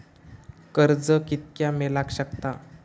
कर्ज कितक्या मेलाक शकता?